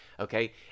Okay